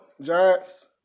Giants